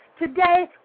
today